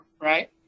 right